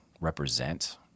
represent